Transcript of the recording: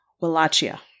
Wallachia